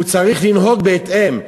הוא צריך לנהוג בהתאם,